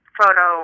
photo